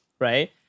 Right